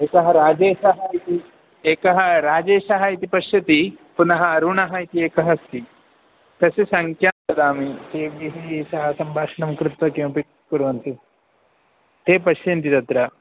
एकः राजेशः इति एकः राजेशः इति पश्यति पुनः अरुणः इति एकः अस्ति तस्य सङ्ख्यां ददामि तैः सः सम्भाषणं कृत्वा किमपि कुर्वन्ति ते पश्यन्ति तत्र